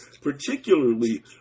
Particularly